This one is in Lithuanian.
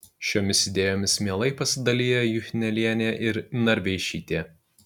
šiomis idėjomis mielai pasidalija juchnelienė ir narveišytė